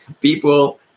people